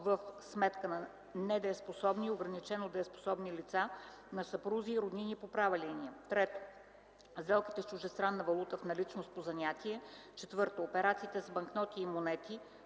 сметки на недееспособни и ограничено дееспособни лица, на съпрузи и роднини по права линия; 3. сделките с чуждестранна валута в наличност по занятие; 4. операциите с банкноти и монети,